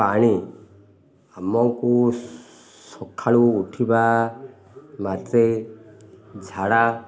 ପାଣି ଆମକୁ ସକାଳୁ ଉଠିବା ମତେ ଝାଡ଼ା